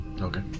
Okay